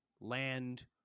land